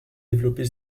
développer